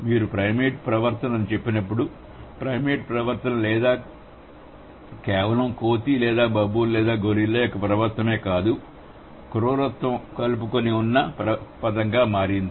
మీరు ప్రైమేట్ ప్రవర్తన అని చెప్పినప్పుడు ప్రైమేట్ ప్రవర్తన కేవలం కోతి లేదా బబూన్ లేదా గొరిల్లా యొక్క ప్రవర్తన మాత్రమే కాదు క్రూరత్వం ఎక్కువ కలుపుకొని ఉన్న పదంగా మారింది